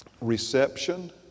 Reception